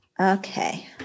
Okay